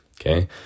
okay